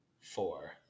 four